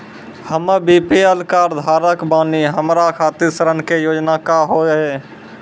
हम्मे BPL card धारक बानि हमारा खातिर ऋण के योजना का होव हेय?